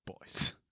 Boys